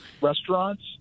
restaurants